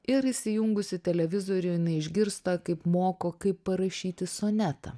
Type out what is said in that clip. ir įsijungusi televizorių jinai išgirsta kaip moko kaip parašyti sonetą